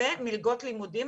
ומלגות לימודים.